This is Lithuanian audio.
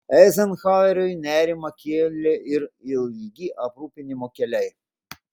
eizenhaueriui nerimą kėlė ir ilgi aprūpinimo keliai